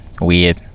weird